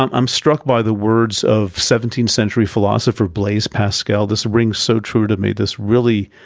um i'm struck by the words of seventeenth-century philosopher blaise pascal, this rings so true to me. this really,